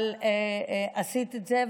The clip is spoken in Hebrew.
אבל עשית את זה,